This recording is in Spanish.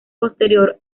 posterior